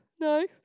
no